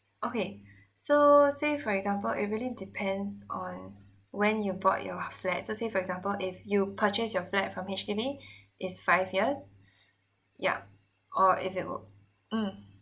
okay so say for example it really depends on when you bought your flat so say for example if you purchased your flat from H_D_B it's five years yeah or if you mm